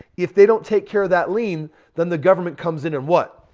if they don't take care of that lien then the government comes in and what?